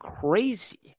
crazy